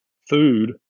food